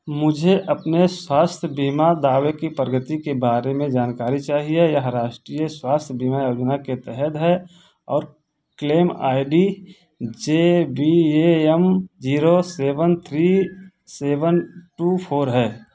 मुझे अपने स्वास्थ्य बीमा दावे की प्रगति के बारे में जानकारी चाहिए यह राष्ट्रीय स्वास्थ्य बीमा योजना के तहत है और claim I D J B A M zero seven three seven two four है